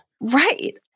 Right